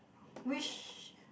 which